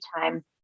time